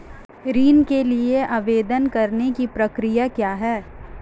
ऋण के लिए आवेदन करने की प्रक्रिया क्या है?